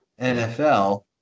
NFL